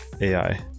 AI